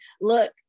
look